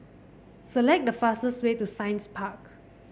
select the fastest way to Science Park